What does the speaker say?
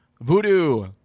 voodoo